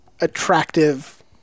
attractive